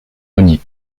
monnier